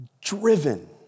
driven